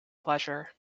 pleasure